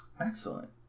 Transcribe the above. Excellent